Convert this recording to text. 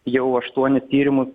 jau aštuonis tyrimus